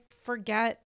forget